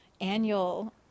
annual